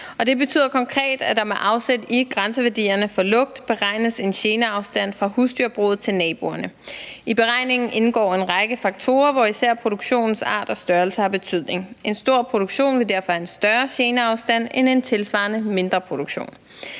Det betyder konkret, at der med afsæt i grænseværdierne for lugt beregnes en geneafstand fra husdyrbruget til naboerne. I beregningen indgår en række faktorer, hvor især produktionens art og størrelse har betydning. En stor produktion vil derfor have en større geneafstand end en tilsvarende mindre produktion.